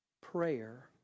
prayer